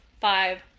five